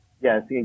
yes